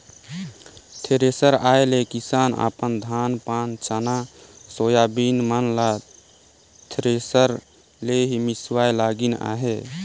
thresher आए ले किसान अपन धान पान चना, सोयाबीन मन ल थरेसर ले ही मिसवाए लगिन अहे